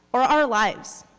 or our lives?